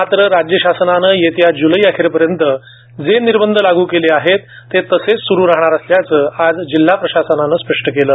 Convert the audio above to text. मात्र राज्य शासनानं येत्या जुलैअखेर पर्यंत जे निर्बंध लागू केले आहेत ते तसेच सुरू राहणार असल्याचं आज जिल्हा प्रशासनातर्फे स्पष्ट करण्यात आलं